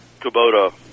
Kubota